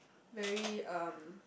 very um